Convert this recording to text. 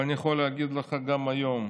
ואני יכול להגיד לך גם היום: